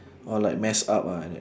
oh like mess up ah like that